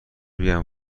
بگم